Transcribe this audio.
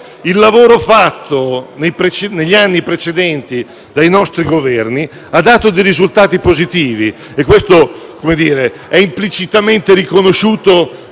il lavoro fatto negli anni precedenti, dai nostri Governi, ha dato dei risultati positivi, e ciò è implicitamente riconosciuto